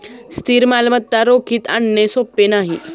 स्थिर मालमत्ता रोखीत आणणे सोपे नाही